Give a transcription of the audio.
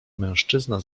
mężczyzna